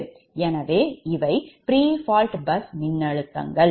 எனவே இவை prefault bus மின்னழுத்தங்கள்